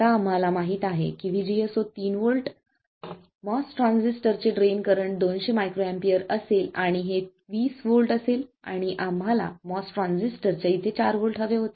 आता आम्हाला माहित आहे की VSG0 3 व्होल्ट MOS ट्रान्झिस्टरचे ड्रेन करंट 200 µA असेल आणि हे 20 व्होल्ट असेल आणि आम्हाला MOS ट्रान्झिस्टर च्या इथे 4 व्होल्ट हवे होते